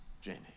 Jamie